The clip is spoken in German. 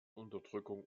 unterdrückung